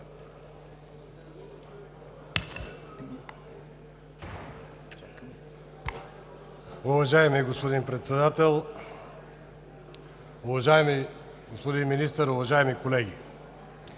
Уважаеми господин Председател, уважаеми господин Министър, уважаеми колеги!